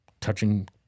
touching